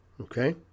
okay